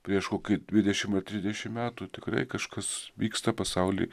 prieš kokį dvidešimt ar trisdešimt metų tikrai kažkas vyksta pasauly